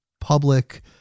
public